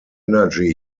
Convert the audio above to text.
energy